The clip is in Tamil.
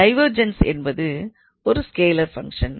டைவெர்ஜன்ஸ் என்பது ஒரு ஸ்கேலார் ஃபங்க்ஷன்